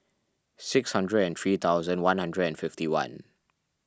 six hundred and three thousand one hundred and fifty one